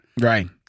Right